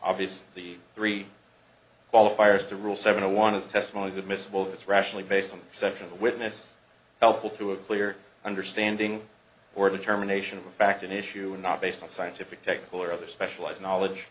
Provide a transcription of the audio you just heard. obvious the three qualifiers to rule seven a one is testimonies admissible this rationally based on the sense of the witness helpful to a clear understanding or determination of a fact an issue and not based on scientific technical or other specialized knowledge